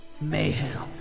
Mayhem